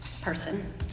person